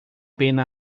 pena